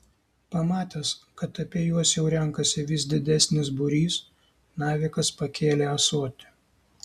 pamatęs kad apie juos jau renkasi vis didesnis būrys navikas pakėlė ąsotį